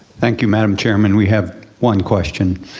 thank you madam chairman, we have one question.